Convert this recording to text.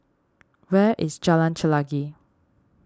where is Jalan Chelagi